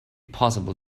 possible